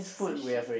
sushi